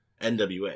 NWA